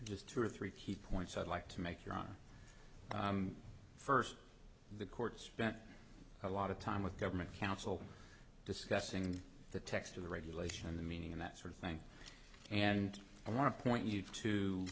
just two or three key points i'd like to make your first the court spent a lot of time with government counsel discussing the text of the regulation and the meaning of that sort of thing and i want to point you